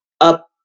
up